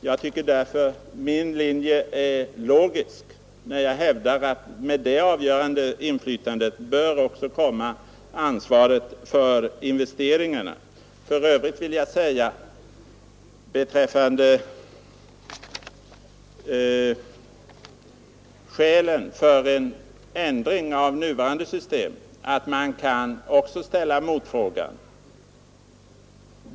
Jag tycker därför att min linje är logisk när jag hävdar att med det avgörande inflytandet också bör följa det fulla ansvaret för investeringarna. För övrigt vill jag när herr Mellqvist efterlyser skälen för en ändring av nuvarande system säga att man också till honom kan ställa den motsatta frågan: Varför behålla nuvarande system?